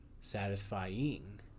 satisfying